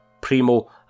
Primo